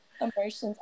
emotions